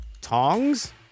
tongs